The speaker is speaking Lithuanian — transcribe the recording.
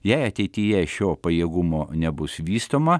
jei ateityje šio pajėgumo nebus vystoma